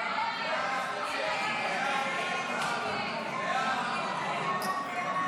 ההצעה להעביר את הצעת